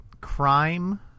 crime